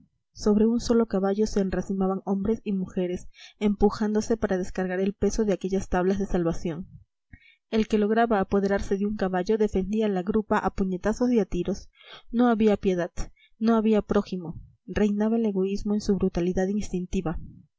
sobre un solo caballo se enracimaban hombres y mujeres empujándose para descargar el peso de aquellas tablas de salvación el que lograba apoderarse de un caballo defendía la grupa a puñetazos y a tiros no había piedad no había prójimo reinaba el egoísmo en su brutalidad instintiva